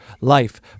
life